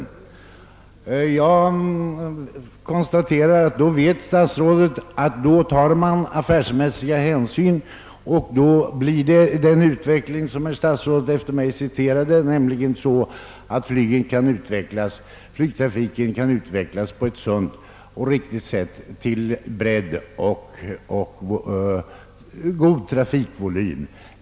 Jag konstaterar att statsrådet vet att man då tar affärsmässiga hänsyn. Då får man det resultat som herr statsrådet angav genom att citera mig, nämligen att flygtrafiken kan utvecklas på ett sunt och riktigt sätt, till bredd och god trafikvolym.